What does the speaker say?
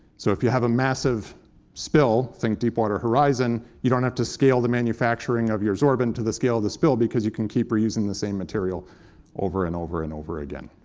so if you have a massive spill, think deepwater horizon, you don't have to scale the manufacturing of your sorbent to the scale of the spill, because you can keep reusing the same material over and over and over again.